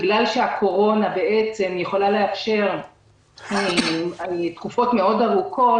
בגלל שהקורונה בעצם יכולה לאפשר תקופות ארוכות מאוד,